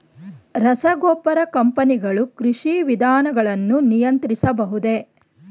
ರಸಗೊಬ್ಬರ ಕಂಪನಿಗಳು ಕೃಷಿ ವಿಧಾನಗಳನ್ನು ನಿಯಂತ್ರಿಸಬಹುದೇ?